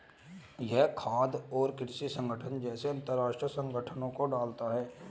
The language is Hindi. यह खाद्य और कृषि संगठन जैसे अंतरराष्ट्रीय संगठनों को डालता है